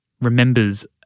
remembers